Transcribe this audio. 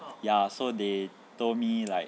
ya so they told me like